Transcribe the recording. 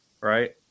right